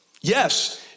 Yes